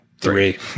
Three